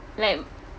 like